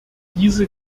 diese